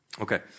Okay